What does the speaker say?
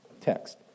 text